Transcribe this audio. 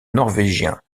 norvégien